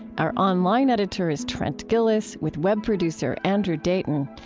our online editor is trent gilliss, with web producer andrew dayton.